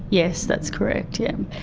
yes, that's correct, yes.